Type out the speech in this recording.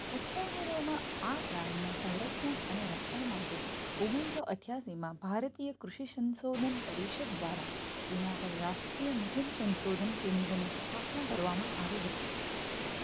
ઉત્તરપૂર્વમાં આ પ્રાણીનાં સંરક્ષણ અને રક્ષણ માટે ઓગણીસો અઠ્ઠાસીમાં ભારતીય કૃષિ સંશોધન પરિષદ દ્વારા તેના પર રાષ્ટ્રીય મિથુન સંશોધન કેન્દ્રની સ્થાપના કરવામાં આવી હતી